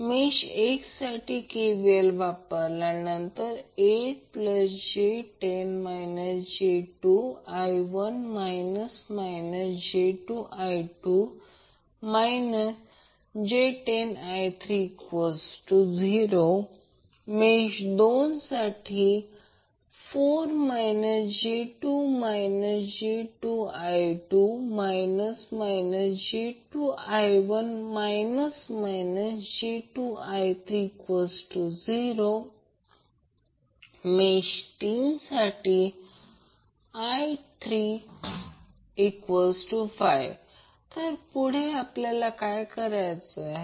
मेष 1 साठी KVL चा वापर केल्यानंतर 8j10 j2I1 j2I2 j10I30 मेष 2 साठी 4 j2 j2I2 j2I1 I30 मेष 3 साठी I35 तर पुढे आपल्याला काय करायचे आहे